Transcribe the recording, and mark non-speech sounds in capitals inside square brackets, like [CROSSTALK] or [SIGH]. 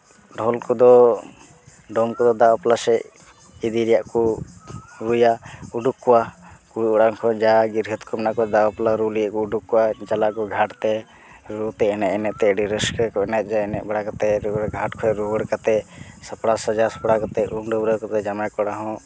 ᱰᱷᱚᱞ ᱠᱚᱫᱚ ᱰᱚᱢ ᱠᱚᱫᱚ ᱫᱟᱜ ᱵᱟᱯᱞᱟ ᱥᱮᱫ ᱤᱫᱤ ᱨᱮᱭᱟᱜ ᱠᱚ ᱨᱩᱭᱟ ᱩᱰᱩᱠ ᱠᱚᱣᱟ ᱨᱩ [UNINTELLIGIBLE] ᱠᱚ ᱡᱟ [UNINTELLIGIBLE] ᱠᱚ ᱢᱮᱱᱟᱜ ᱠᱚᱣᱟ ᱫᱟᱜ ᱵᱟᱯᱞᱟ ᱨᱩ ᱞᱟᱹᱜᱤᱫ ᱠᱚ ᱩᱰᱩᱠ ᱠᱚᱣᱟ ᱪᱟᱞᱟᱜᱼᱟᱠᱚ ᱜᱷᱟᱴ ᱛᱮ ᱨᱩ ᱛᱮ ᱮᱱᱮᱡ ᱮᱱᱮᱡ ᱛᱮ ᱟᱹᱰᱤ ᱨᱟᱹᱥᱠᱟᱹ ᱠᱚ ᱮᱱᱮᱡᱟ ᱮᱱᱮᱡ ᱵᱟᱲᱟ ᱠᱟᱛᱮ ᱨᱩᱣᱟᱹᱲ ᱜᱷᱟᱴ ᱠᱷᱚᱡᱽ ᱨᱩᱣᱟᱹᱲ ᱠᱟᱛᱮ ᱥᱟᱯᱲᱟᱣ ᱥᱟᱡᱟᱣ ᱥᱟᱯᱲᱟᱣ ᱠᱟᱛᱮ ᱩᱢ ᱰᱟᱹᱵᱨᱟᱹ ᱠᱟᱛᱮ ᱡᱟᱶᱟᱭ ᱠᱚᱲᱟ ᱦᱚᱸ